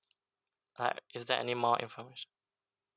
uh is there anymore information